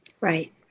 Right